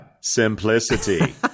simplicity